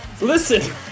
Listen